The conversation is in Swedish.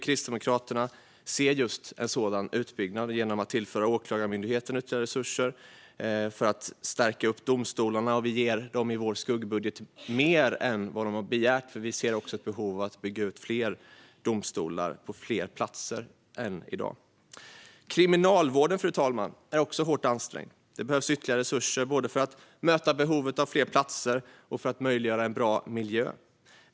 Kristdemokraterna vill därför se just en sådan utbyggnad genom att tillföra Åklagarmyndigheten ytterligare resurser och genom att stärka upp domstolarna. I vår skuggbudget ger vi dem mer än de har begärt, då vi ser ett behov av att bygga fler domstolar på fler platser än i dag. Fru talman! Kriminalvården är också hårt ansträngd. Det behövs ytterligare resurser både för att möta behovet av fler platser och för att möjliggöra en bra miljö.